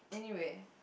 anyway